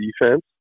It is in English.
defense